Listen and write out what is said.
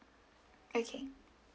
okay